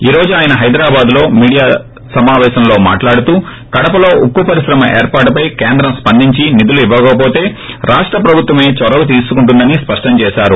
ఈ రోజు ఆయన హైదరాబాద్లో మీడియా సమాపేశంలో మాట్లాడుతూ కడపలో ఉక్కు పరిశ్రమ ఏర్పాటుపై కేంద్రం స్పందించి నిధులు ఇవ్వకవోతే రాష్ట ప్రభుత్వమే చొరవ తీసుకుంటుందని స్పష్టంచేశారు